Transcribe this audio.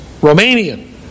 Romanian